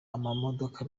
amamodoka